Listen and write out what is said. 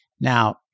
Now